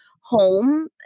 home